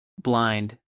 blind